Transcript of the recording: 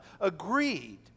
agreed